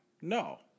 No